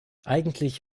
eigentlich